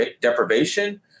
deprivation